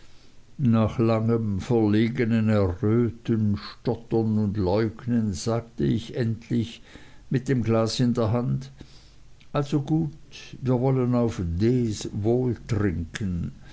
nach langem verlegenen erröten stottern und leugnen sagte ich endlich mit dem glas in der hand also gut wir wollen auf d s wohl trinken